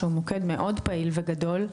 שהוא מוקד מאוד פעיל וגדול,